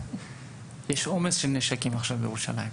יש עומס של נשקים בירושלים עכשיו.